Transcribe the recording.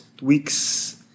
weeks